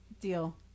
deal